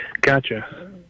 Gotcha